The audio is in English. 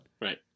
Right